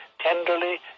tenderly